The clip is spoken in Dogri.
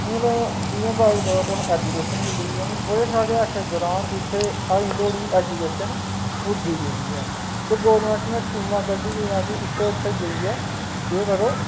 हून जि'यां गल्ल करा दे तुस एजुकेशन गी लेइयै हून बड़े सारे ऐसे ग्रांऽ न जि'त्थें अजें धोड़ी एजुकेशन पुज्जी गै निं ऐ ते गौरमेंट ने स्कीमां कड्ढी दियां कि इ'त्थें इ'त्थें जाइयै केह् करो